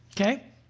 Okay